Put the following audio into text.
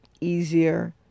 easier